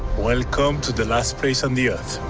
welcome to the last place on the earth.